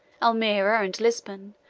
almeria and lisbon,